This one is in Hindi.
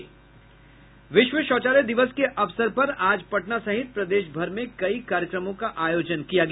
विश्व शौचालय दिवस के अवसर पर आज पटना सहित प्रदेश भर में कई कार्यक्रमों का आयोजन किया गया